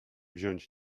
wziąć